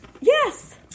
Yes